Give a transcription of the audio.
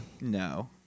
No